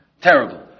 Terrible